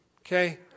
okay